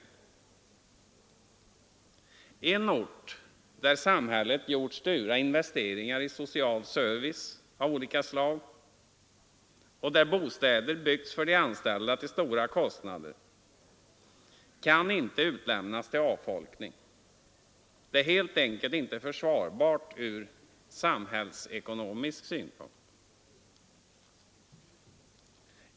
En ort där samhället gjort stora investeringar i social service av olika slag och där bostäder byggts för de anställda till stora kostnader kan inte utlämnas till avfolkning. Det är helt enkelt inte försvarbart ur samhällsekonomisk synpunkt.